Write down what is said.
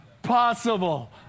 possible